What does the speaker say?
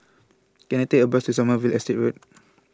can I take a bus to Sommerville Estate Road